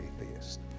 atheist